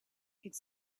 could